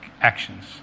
actions